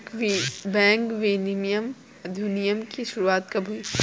Bank विनियमन अधिनियम की शुरुआत कब हुई?